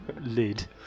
lid